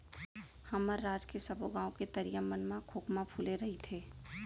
हमर राज के सबो गॉंव के तरिया मन म खोखमा फूले रइथे